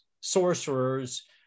sorcerers